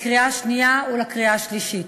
לקריאה השנייה ולקריאה השלישית.